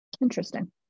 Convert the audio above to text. interesting